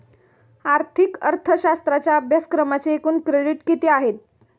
आर्थिक अर्थशास्त्राच्या अभ्यासक्रमाचे एकूण क्रेडिट किती आहेत?